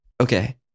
Okay